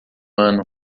ano